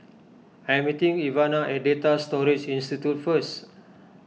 I am meeting Ivana at Data Storage Institute first